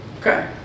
Okay